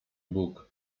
bóg